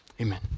amen